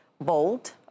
bold